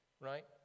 Right